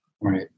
Right